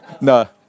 No